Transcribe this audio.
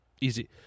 easy